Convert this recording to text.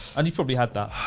and you've probably had that.